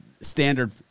standard